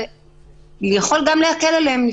זה יכול דווקא להקל עליהם.